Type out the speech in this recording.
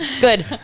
good